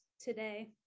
today